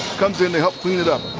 comes in to help clean it up.